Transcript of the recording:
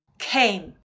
Came